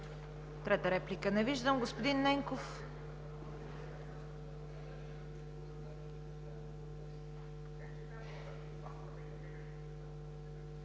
Трета реплика? Не виждам. Господин Ненков.